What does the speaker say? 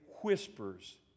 whispers